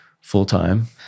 full-time